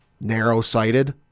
narrow-sighted